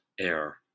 air